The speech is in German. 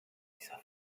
dieser